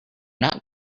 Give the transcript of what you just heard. not